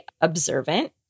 observant